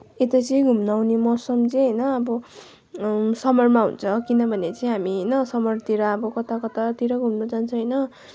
यता चाहिँ घुम्न आउने मौसम चाहिँ होइन अब समरमा हुन्छ किनभने चाहिँ हामी होइन समरतिर अब कताकतातिर घुम्न जान्छ होइन